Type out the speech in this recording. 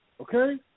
Okay